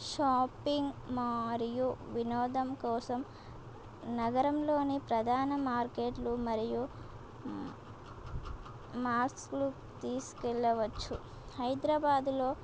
shopping మరియు వినోదం కోసం నగరంలోని ప్రధాన మార్కెట్లు మరియు మాల్స్కు తీసుకెళ్ళవచ్చు హైదరాబాదులో